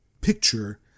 picture